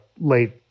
late